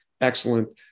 excellent